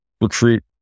recruit